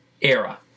era